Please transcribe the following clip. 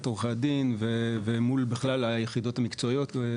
עורכי הדין ומול כלל היחידות המקצועיות שלנו,